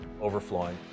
overflowing